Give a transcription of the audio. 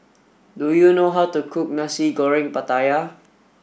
do you know how to cook Nasi Goreng Pattaya